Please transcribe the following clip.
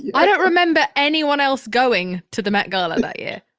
i don't remember anyone else going to the met gala that year.